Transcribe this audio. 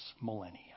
millennia